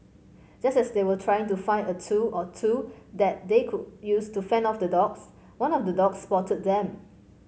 just as they were trying to find a tool or two that they could use to fend off the dogs one of the dogs spotted them